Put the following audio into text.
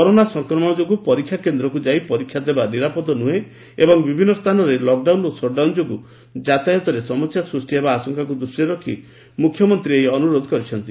corona ସଂକ୍ରମଣ ଯୋଗୁଁ ପରୀକ୍ଷା କେନ୍ଦ୍ରକୁ ଯାଇ ପରୀକ୍ଷା ଦେବା ନିରାପଦ ନୁହେଁ ଏବଂ ବିଭିନ୍ନ ସ୍ଥାନରେ ଲକ୍ ସଟ୍ଡାଉନ୍ ଯୋଗୁଁ ଯାତାୟତରେ ସମସ୍ୟା ସୃଷ୍ଟି ହେବା ଆଶଙ୍କାକୁ ଦୃଷ୍ଟିରେ ରଖ୍ ମୁଖ୍ୟମନ୍ତୀ ଏହି ଅନୁରୋଧ କରିଛନ୍ତି